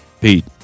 pete